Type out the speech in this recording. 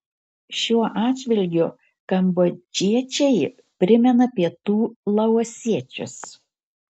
šiuo atžvilgiu kambodžiečiai primena pietų laosiečius